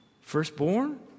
Firstborn